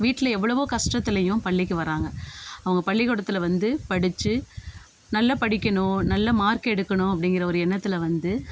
வீட்டில் எவ்வளவோ கஷ்டத்துலையும் பள்ளிக்கு வராங்க அவங்க பள்ளிக்கூடத்துல வந்து படித்து நல்லா படிக்கணும் நல்ல மார்க் எடுக்கணும் அப்படிங்கிற ஒரு எண்ணத்தில் வந்து